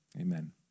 Amen